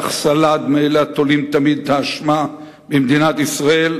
כך סלד מאלה התולים תמיד את האשמה במדינת ישראל